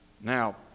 Now